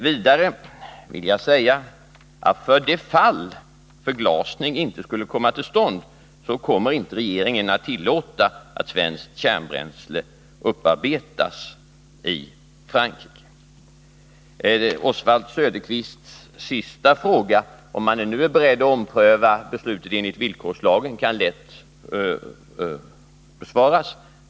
Vidare vill jag säga att för det fall förglasning inte skulle komma till stånd kommer regeringen inte att tillåta att svenskt kärnbränsle upparbetas i Frankrike. Oswald Söderqvists sista fråga, om regeringen nu är beredd att ompröva beslutet enligt villkorslagen, kan lätt besvaras.